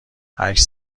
هشت